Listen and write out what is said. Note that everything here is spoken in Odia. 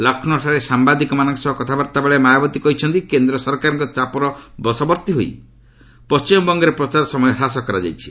ଲକ୍ଷ୍ମୌଠାରେ ସାମ୍ଭାଦିକମାନଙ୍କ ସହ କଥାବାର୍ତ୍ତାବେଳେ ମାୟାବତୀ କହିଛନ୍ତି କେନ୍ଦ୍ର ସରକାରଙ୍କ ଚାପର ବଶବର୍ତ୍ତୀ ହୋଇ ପଣ୍ଟିମବଙ୍ଗରେ ପ୍ରଚାର ସମୟ ହ୍ରାସ କରିଛନ୍ତି